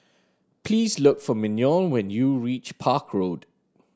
please look for Mignon when you reach Park Road